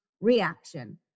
reaction